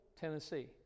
Tennessee